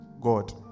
God